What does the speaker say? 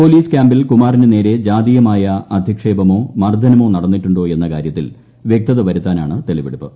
police ക്യാമ്പിൽ കുമാറിന് നേരെ ജാതീയമായ അധിക്ഷേപമോ മർദ്ധനമോ നടന്നിട്ടുണ്ടോ എന്ന കാര്യത്തിൽ വ്യക്തത വരുത്താനാണ് തെളിവെടുപ്പ്